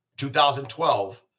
2012